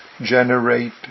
generate